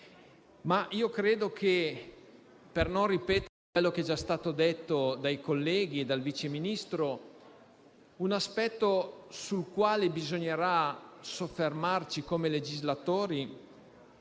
Credo però che per non ripetere quello che è stato già detto dai colleghi e dal Sottosegretario, un aspetto sul quale bisognerà soffermarsi come legislatori